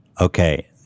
Okay